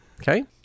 okay